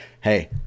hey